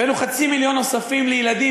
הבאנו חצי מיליון נוספים לילדים,